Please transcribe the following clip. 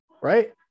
right